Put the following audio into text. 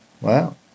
Wow